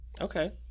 Okay